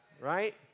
Right